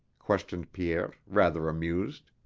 questioned pierre, rather amused.